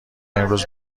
امروز